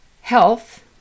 health